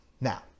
Now